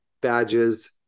badges